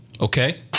Okay